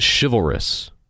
chivalrous